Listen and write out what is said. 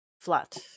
flat